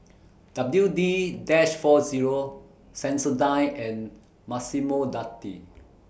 W D dash four Zero Sensodyne and Massimo Dutti